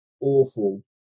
awful